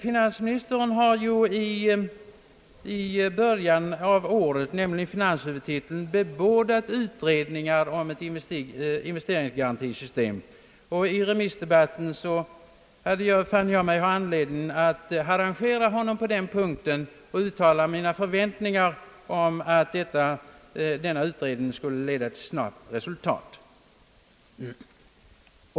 Finansmininstern har i början av året — i finanshuvudtiteln — bebådat utredning om <:investeringsgarantisystem, och i remissdebatten fann jag mig ha anledning att harangera honom på den punkten och uttala mina förväntningar om att utredningen skulle leda till snara resultat.